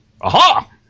Aha